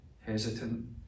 hesitant